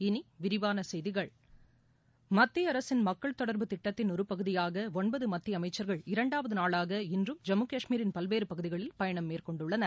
இனிவிரிவானசெய்திகள் மத்தியஅரசின் மக்கள்தொடர்பு திட்டத்தின் ஒருபகுதியாகஒன்பதுமத்தியஅமைச்சர்கள் இரண்டாவதநாளாக இன்றும் ஜம்மு கஷ்மீரின் பல்வேறுபகுதிகளில் பயணம் மேற்கொண்டுள்ளனர்